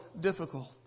difficult